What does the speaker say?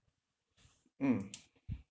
mm